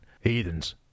Heathens